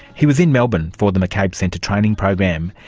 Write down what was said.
he was in melbourne for the mccabe centre training program.